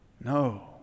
No